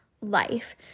life